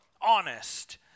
honest